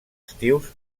estius